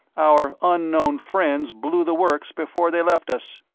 our unknown friends blew the works before they left us.